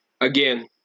again